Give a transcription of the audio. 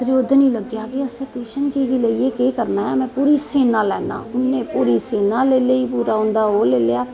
दुर्योधन गी लग्गेआ कि असें कृष्ण जी गी लेइयै केह् करना में पूरी सेना लैना उनें पूरी सेना लेई ली पूरा उंदा ओह् ओह् लेई लेआ